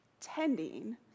Tending